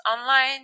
Online